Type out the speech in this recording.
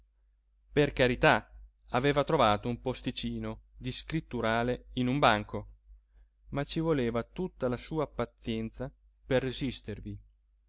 per carità aveva trovato un posticino di scritturale in un banco ma ci voleva tutta la sua pazienza per resistervi